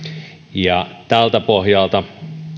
tältä pohjalta